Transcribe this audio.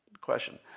question